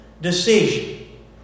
decision